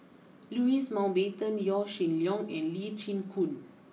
Louis Mountbatten Yaw Shin Leong and Lee Chin Koon